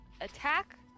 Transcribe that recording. attack